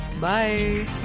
Bye